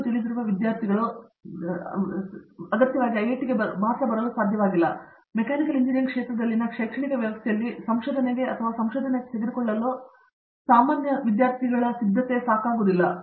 ನೀವು ತಿಳಿದಿರುವ ವಿದ್ಯಾರ್ಥಿಗಳು ಅಗತ್ಯವಾಗಿ ಐಐಟಿಗೆ ಮಾತ್ರ ಬರಲು ಸಾಧ್ಯವಾಗಿಲ್ಲ ಆದರೆ ಮೆಕ್ಯಾನಿಕಲ್ ಇಂಜಿನಿಯರಿಂಗ್ ಕ್ಷೇತ್ರದಲ್ಲಿನ ಶೈಕ್ಷಣಿಕ ವ್ಯವಸ್ಥೆಯಲ್ಲಿ ಸಂಶೋಧನೆಗೆ ಅಥವಾ ಸಂಶೋಧನೆ ತೆಗೆದುಕೊಳ್ಳಲು ತಮ್ಮ ಸಾಮಾನ್ಯ ಸಿದ್ಧತೆ ಮಾತ್ರವಲ್ಲ